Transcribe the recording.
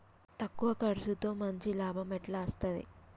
తక్కువ కర్సుతో మంచి లాభం ఎట్ల అస్తది?